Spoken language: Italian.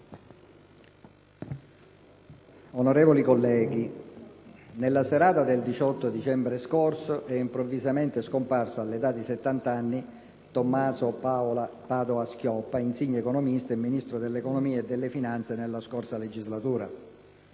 Onorevoli colleghi, nella serata del 18 dicembre scorso è improvvisamente scomparso, all'età di settant'anni, Tommaso Padoa-Schioppa, insigne economista e ministro dell'economia e delle finanze nella scorsa legislatura.